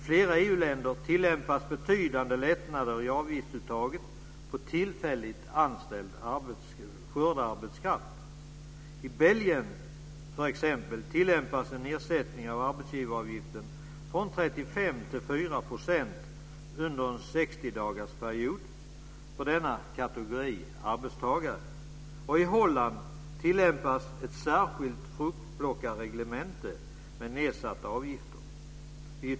I flera EU-länder tillämpas betydande lättnader i avgiftsuttaget på tillfälligt anställd skördearbetskraft. I Belgien t.ex. tillämpas en nedsättning av arbetsgivaravgiften från 35 % till 4 % under en 60 dagarsperiod för denna kategori arbetstagare. I Holland tillämpas ett särskilt fruktplockarreglemente med nedsatta avgifter.